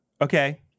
Okay